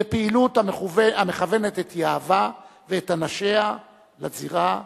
לפעילות המכוונת את יהבה ואת אנשיה לזירה הפרלמנטרית.